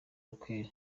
rachel